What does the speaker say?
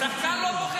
עזוב,